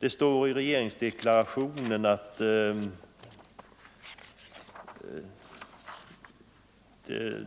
Det står i regeringens deklaration här i dag att